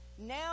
now